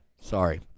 sorry